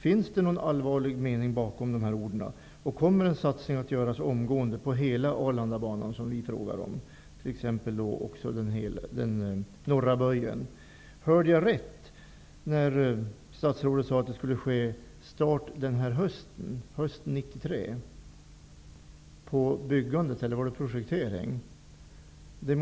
Finns det någon allvarlig avsikt bakom orden, och kommer en satsning att göras omgående på hela Arlandabanan, som vi har frågat om, bland annat t.ex. på den norra böjen? Hörde jag rätt när statsrådet sade att det skulle bli byggstart hösten 1993? Eller gällde det projekteringen?